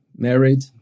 married